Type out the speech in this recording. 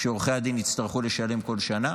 שעורכי הדין יצטרכו לשלם כל שנה